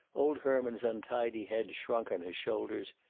old herman's untidy head shrunk on his shoulders,